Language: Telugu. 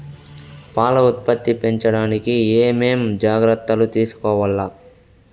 పాల ఉత్పత్తి పెంచడానికి ఏమేం జాగ్రత్తలు తీసుకోవల్ల?